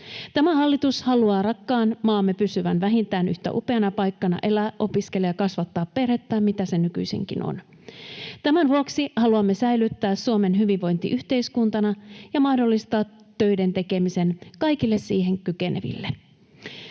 Tämä hallitus haluaa rakkaan maamme pysyvän vähintään yhtä upeana paikkana elää, opiskella ja kasvattaa perhettä kuin se nykyisinkin on. Tämän vuoksi haluamme säilyttää Suomen hyvinvointiyhteiskuntana ja mahdollistaa töiden tekemisen kaikille siihen kykeneville.